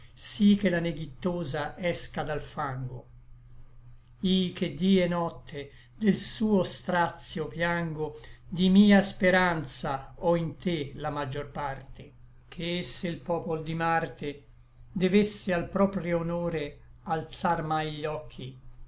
sí che la neghittosa esca del fango i che dí et notte del suo strazio piango di mia speranza ò in te la maggior parte che se l popol di marte devesse al proprio honore alzar mai gli occhi